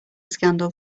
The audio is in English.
scandal